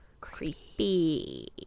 Creepy